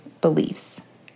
beliefs